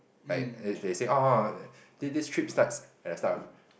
like they they say oh this this trip starts at the start of